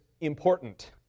important